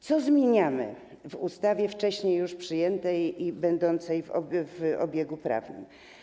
Co zmieniamy w ustawie już wcześniej przyjętej i będącej w obiegu prawnym?